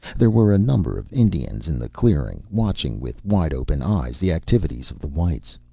there were a number of indians in the clearing, watching with wide-open eyes the activities of the whites.